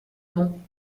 bon